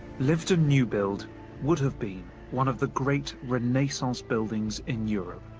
lyveden new bield would have been one of the great renaissance buildings in europe.